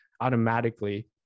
automatically